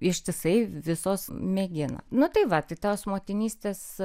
ištisai visos mėgina nu tai va tai tos motinystės